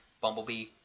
Bumblebee